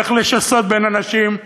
איך לשסות בין אנשים,